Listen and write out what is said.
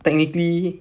technically